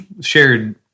shared